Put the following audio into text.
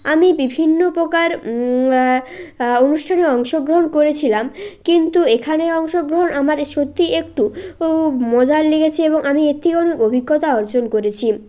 আমি বিভিন্ন প্রকার অনুষ্ঠানে অংশগ্রহণ করেছিলাম কিন্তু এখানে অংশগ্রহণ আমার সত্যিই একটু মজার লেগেছে এবং আমি এর থেকে অনেক অভিজ্ঞতা অর্জন করেছি